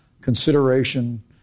consideration